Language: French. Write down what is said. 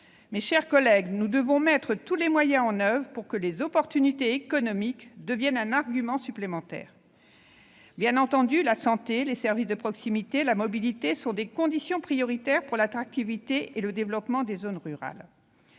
Mes chers collègues, nous devons mettre en oeuvre tous les moyens pour que les opportunités économiques deviennent un argument supplémentaire. Bien entendu, la santé, les services de proximité et la mobilité sont des conditions prioritaires pour l'attractivité et le développement des zones rurales.